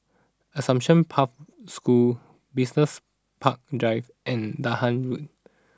Assumption Pathway School Business Park Drive and Dahan Road